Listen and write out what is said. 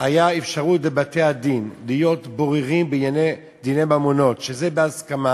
הייתה אפשרות לבתי-הדין להיות בוררים בענייני דיני ממונות כשזה בהסכמה.